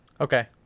okay